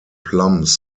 plums